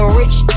rich